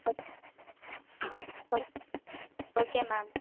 okay okay okay ma'am